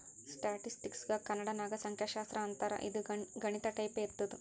ಸ್ಟ್ಯಾಟಿಸ್ಟಿಕ್ಸ್ಗ ಕನ್ನಡ ನಾಗ್ ಸಂಖ್ಯಾಶಾಸ್ತ್ರ ಅಂತಾರ್ ಇದು ಗಣಿತ ಟೈಪೆ ಇರ್ತುದ್